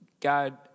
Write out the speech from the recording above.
God